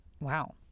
Wow